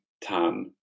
tan